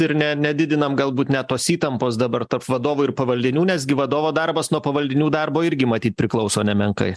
ir ne nedidinam galbūt net tos įtampos dabar tarp vadovo ir pavaldinių nes gi vadovo darbas nuo pavaldinių darbo irgi matyt priklauso nemenkai